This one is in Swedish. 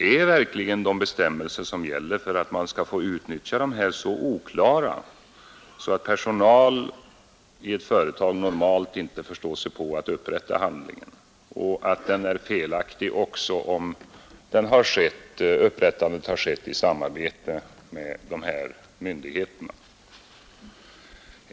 Är verkligen de bestämmelser som gäller för att man skall få utnyttja investeringsfonderna så oklara att personalen i ett företag normalt inte förstår sig på att upprätta handlingen och att den blir felaktig även om upprättandet skett i samband med myndigheterna?